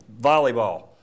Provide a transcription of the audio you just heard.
volleyball